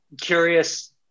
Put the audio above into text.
curious